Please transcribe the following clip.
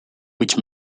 which